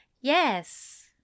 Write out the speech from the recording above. Yes